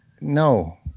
no